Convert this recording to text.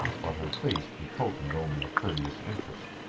but her face betokened only a courteous interest.